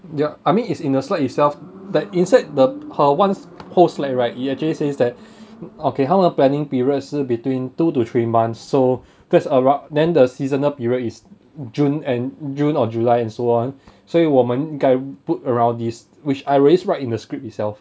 ya I mean it's in the slide itself that inside the her one post late right it actually says that okay 他们的 planning period 是 between two to three months so that's around then the seasonal period is june and june or july and so on 所以我们 guide put around this which I already write in the script itself